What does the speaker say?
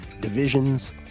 divisions